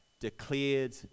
declared